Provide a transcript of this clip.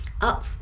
Up